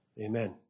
Amen